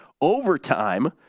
overtime